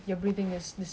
but so far